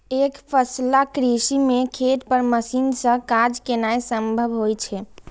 एकफसला कृषि मे खेत पर मशीन सं काज केनाय संभव होइ छै